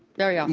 very um